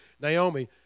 Naomi